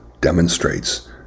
demonstrates